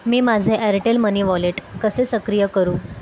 मी माझे Airtel money wallet कसे सक्रिय करू